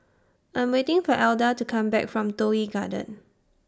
I'm waiting For Alda to Come Back from Toh Yi Garden